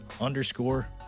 underscore